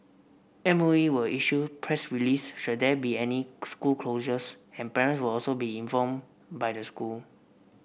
M O E will issue press release should there be any school closures and parents will also be informed by the school